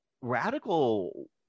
radical